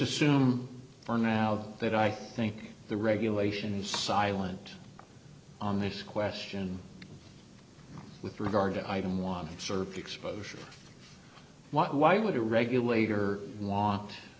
assume for now that i think the regulation is silent on this question with regard to item one served exposure why would a regulator want